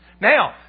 Now